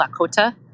Lakota